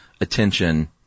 attention